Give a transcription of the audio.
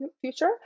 future